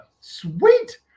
sweet